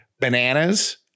bananas